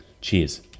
Cheers